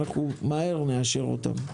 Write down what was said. ואנחנו נאשר אותם מהר.